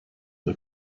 the